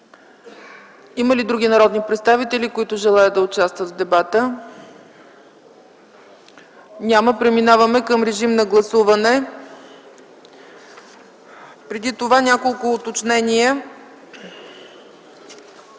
Има ли други народни представители, които желаят да участват в дебата? Няма. Преминаваме към гласуване. Преди това няколко уточнения.